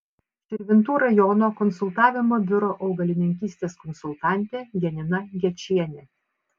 širvintų rajono konsultavimo biuro augalininkystės konsultantė janina gečienė